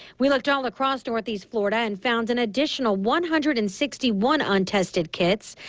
we looked all across northeast florida and found an additional one hundred and sixty one untested kits.